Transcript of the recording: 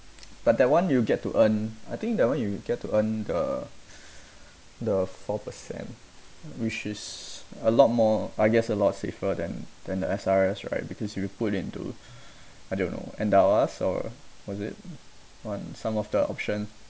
but that one you'll get to earn I think that one you get to earn the the four percent which is a lot more I guess a lot safer than than the S_R_S right because you put into I don't know endow~ or was it one some of the option